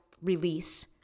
release